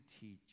teach